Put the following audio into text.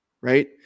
Right